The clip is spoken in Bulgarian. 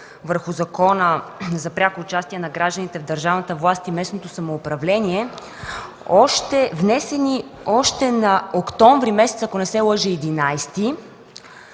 върху Закона за пряко участие на гражданите в държавната власт и местното самоуправление още през месец октомври, ако не се лъжа – 11-и,